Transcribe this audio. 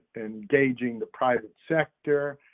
engaging the private sector,